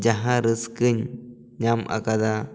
ᱡᱟᱦᱟᱸ ᱨᱟᱹᱥᱠᱟᱹᱧ ᱧᱟᱢ ᱟᱠᱟᱫᱟ